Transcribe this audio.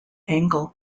angle